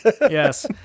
Yes